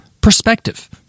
perspective